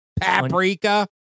Paprika